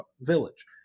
village